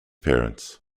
parents